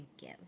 give